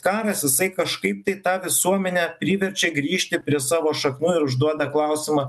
karas jisai kažkaip tai tą visuomenę priverčia grįžti prie savo šaknų ir užduoda klausimą